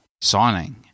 signing